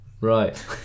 Right